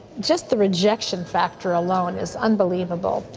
just the rejection factor alone is unbelievable.